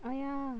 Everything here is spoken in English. oh yeah